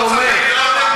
ממש לא דומה.